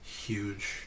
huge